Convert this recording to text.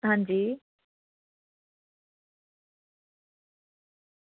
अंजी